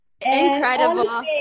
Incredible